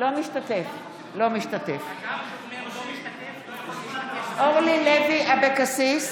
אינו משתתף בהצבעה אורלי לוי אבקסיס,